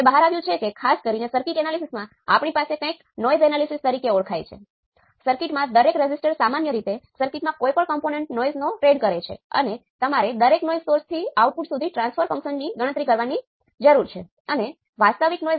તેથી જો તમારી પાસે ઘણા ઓપ એમ્પસ ટૂંકા સમીકરણ લખો